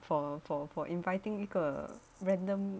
for for for inviting 一个 random